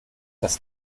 das